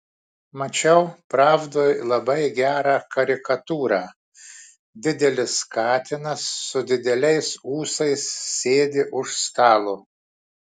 mačiau pravdoj labai gerą karikatūrą didelis katinas su dideliais ūsais sėdi už stalo